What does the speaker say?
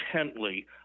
intently